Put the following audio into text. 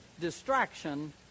distraction